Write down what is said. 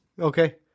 Okay